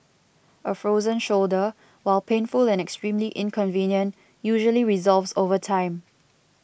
a frozen shoulder while painful and extremely inconvenient usually resolves over time